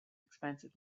expensive